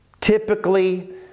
Typically